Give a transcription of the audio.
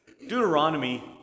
Deuteronomy